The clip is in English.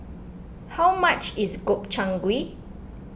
how much is Gobchang Gui